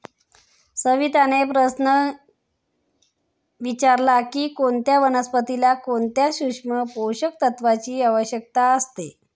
सविताने प्रश्न विचारला की कोणत्या वनस्पतीला कोणत्या सूक्ष्म पोषक तत्वांची आवश्यकता असते?